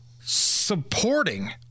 supporting